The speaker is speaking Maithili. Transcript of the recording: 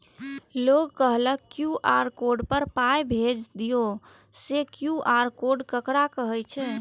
लोग कहलक क्यू.आर कोड पर पाय भेज दियौ से क्यू.आर कोड ककरा कहै छै?